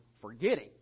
forgetting